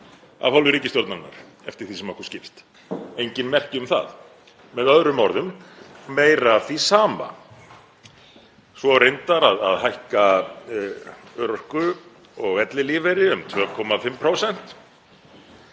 af hálfu ríkisstjórnarinnar, eftir því sem okkur skilst, engin merki um það. Með öðrum orðum: Meira af því sama. Svo á reyndar að hækka örorku og ellilífeyri um 2,5%,